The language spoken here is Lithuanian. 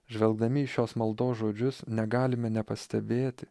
žvelgdami į šios maldos žodžius negalime nepastebėti